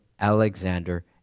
Alexander